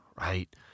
right